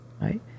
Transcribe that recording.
Right